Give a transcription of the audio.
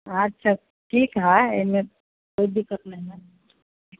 अच्छा ठीक है इधर कोई दिक्कत नहीं है